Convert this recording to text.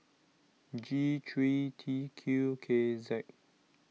G three T Q K Z